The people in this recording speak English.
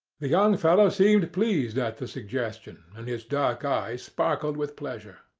the young fellow seemed pleased at the suggestion, and his dark eyes sparkled with pleasure.